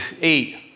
eight